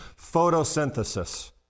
photosynthesis